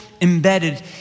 embedded